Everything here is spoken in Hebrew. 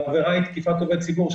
העבירה היא תקיפת עובד ציבור,